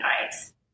nice